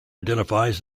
identifies